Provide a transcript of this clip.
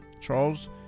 Charles